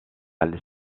elle